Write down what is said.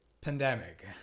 pandemic